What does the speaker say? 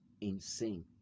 insane